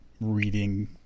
reading